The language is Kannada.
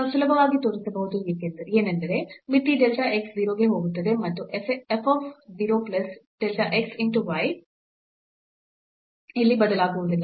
ನಾವು ಸುಲಭವಾಗಿ ತೋರಿಸಬಹುದು ಏನೆಂದರೆ ಮಿತಿ delta x 0 ಗೆ ಹೋಗುತ್ತದೆ ಮತ್ತು f 0 plus delta x into y ಇಲ್ಲಿ ಬದಲಾಗುವುದಿಲ್ಲ